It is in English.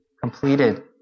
completed